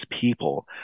people